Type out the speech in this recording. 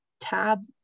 TAB